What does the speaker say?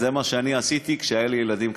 זה מה שאני עשיתי כשהיו לי ילדים קטנים.